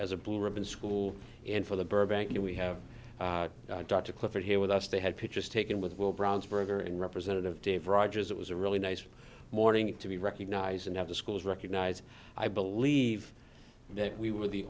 as a blue ribbon school and for the burbank you know we have got to clifford here with us they had pictures taken with will browns berger and representative dave rogers it was a really nice morning to be recognized and have the schools recognize i believe that we were the